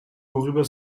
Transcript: worüber